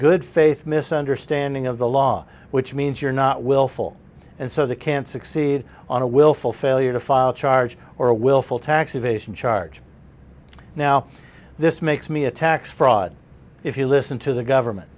good faith misunderstanding of the law which means you're not willful and so they can succeed on a willful failure to file a charge or a willful tax evasion charge now this makes me a tax fraud if you listen to the government